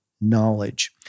knowledge